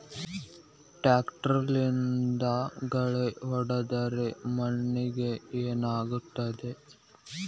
ಟ್ರಾಕ್ಟರ್ಲೆ ಗಳೆ ಹೊಡೆದಿದ್ದರಿಂದ ಮಣ್ಣಿಗೆ ಏನಾಗುತ್ತದೆ?